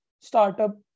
startup